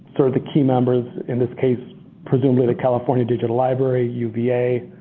sort of the key members, in this case presumably the california digital library, uva,